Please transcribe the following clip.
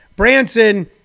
Branson